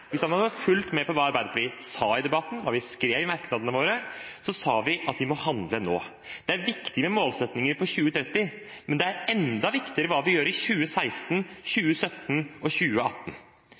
hvis han hadde fulgt med på hva Arbeiderpartiet sa i debatten, hva vi skrev i merknadene våre, sa vi at vi må handle nå. Det er viktig med målsettinger for 2030, men det er enda viktigere hva vi gjør i 2016, i 2017 og i 2018.